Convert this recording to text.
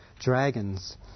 dragons